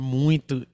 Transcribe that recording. muito